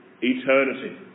eternity